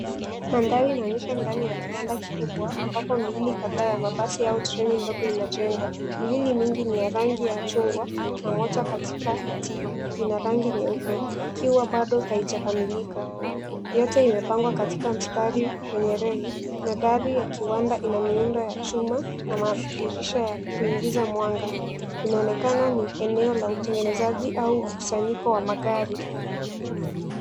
Mandhali inaonyesha ndani ya kiwanda kikubwa ambapo miili kadhaa ya mabasi yao training ndogo inajengwa. Miili mingi ni ya rangi ya chungwa, na moja katikati ina rangi nyeupe, ikiwa bado haijakamilika. Yote imepangwa katika mstari kwenye reli, nadhari ya kiwanda ina miundo ya chuma na madirisha ya kuingiza mwanga. Inaonekana ni eneo la utengenezaji au mkusanyiko wa magari.